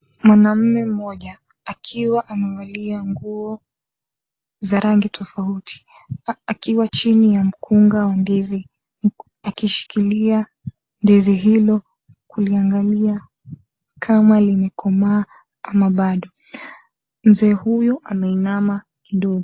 Mwanaume mmoja akiwa amevalia nguo za rangi tofauti, akiwa chini ya mkunga wa ndizi akishikilia ndizi hilo kuliangalia kama limekomaa ama bado. Mzee huyo ameinama kidogo.